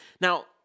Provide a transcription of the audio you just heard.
Now